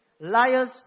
Liars